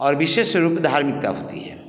और विशेष रूप धार्मिक का होता है